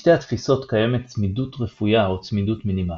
בשתי התפיסות קיימת צמידות רפויה או צמידות מינימלית.